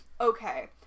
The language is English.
Okay